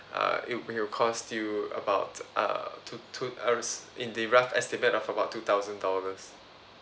uh it will cost you about uh two two as in the rough estimate of about two thousand dollars